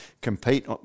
compete